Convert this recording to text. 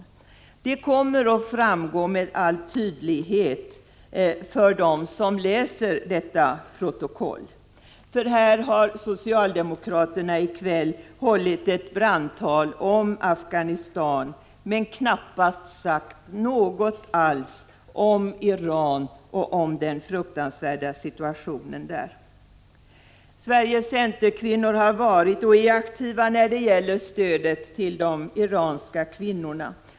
Skillnaden kommer att framgå med all tydlighet för dem som läser detta protokoll, eftersom socialdemokraterna här i kväll har hållit ett brandtal om Afghanistan men knappast sagt något alls om Iran och om den fruktansvärda situationen där. Sveriges centerkvinnor har varit och är aktiva när det gäller stödet till de iranska kvinnorna.